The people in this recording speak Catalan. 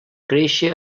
créixer